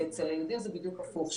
ואצל היהודים זה בדיוק הפוך,